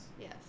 Yes